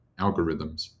algorithms